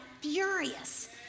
furious